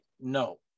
no